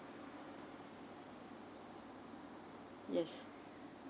yes